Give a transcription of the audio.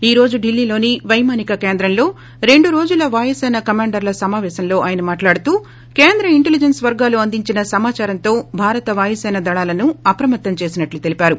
ఈ రోజు డిల్లీలోని వైమానిక కేంద్రంలో రెండురోజుల వాయుసేన కమాండర్ల సమాపేశంలో ఆయన మాట్లాడుతూ కేంద్ర ఇంటలీజెన్స్ వర్గాలు అందించిన సమాచారంతో భారత వాయుసేన దళాలను అప్రమత్తం చేసినట్లు తెలిపారు